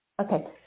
Okay